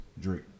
Drake